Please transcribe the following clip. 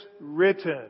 written